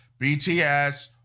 BTS